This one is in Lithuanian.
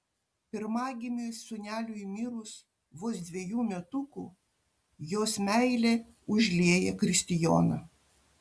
pirmagimiui sūneliui mirus vos dvejų metukų jos meilė užlieja kristijoną